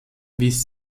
wies